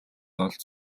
олж